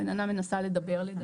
רננה מנסה לדבר לדעתי.